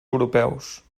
europeus